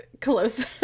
close